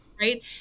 Right